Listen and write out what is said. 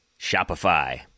Shopify